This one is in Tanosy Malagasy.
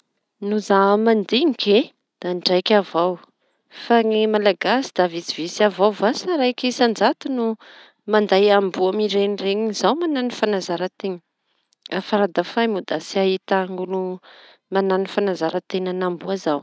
No za mandinikike da ndraika avao. Fa ny malagasy da vitsivitsy avao vasa raiky isan-jato manday amboa mireniireñy zao mañano fanazaran-teña a- Faradofay moa da tsy ahitan'olo minday amboa mañano fanazaran-teña zao.